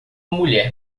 mulher